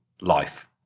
life